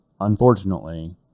unfortunately